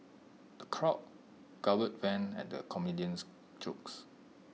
the crowd guffawed when at the comedian's jokes